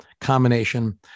combination